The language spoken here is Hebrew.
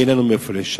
כי אין לנו מאיפה לשלם.